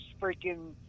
freaking